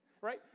right